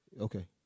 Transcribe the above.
Okay